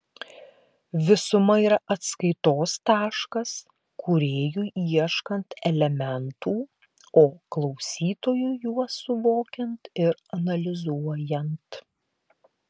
visuma yra atskaitos taškas kūrėjui ieškant elementų o klausytojui juos suvokiant ir analizuojant